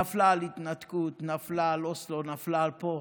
נפלה על התנתקות, נפלה על אוסלו, נפלה פה,